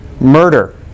murder